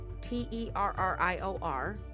T-E-R-R-I-O-R